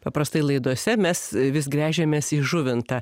paprastai laidose mes vis gręžiamės į žuvintą